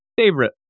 favorite